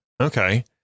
Okay